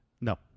No